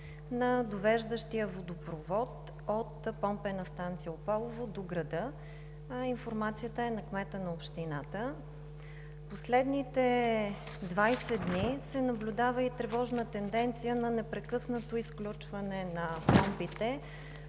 на довеждащия водопровод от помпена станция „Опалово“ до града. Информацията е на кмета на общината. Последните 20 дни се наблюдава и тревожна тенденция на непрекъснато изключване на помпите